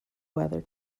weather